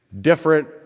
different